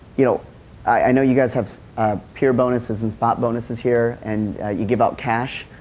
you know i know you guys have peer bonuses and spot bonuses here and you give out cash,